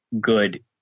good